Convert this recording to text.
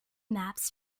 maps